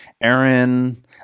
Aaron